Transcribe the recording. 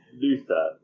Luther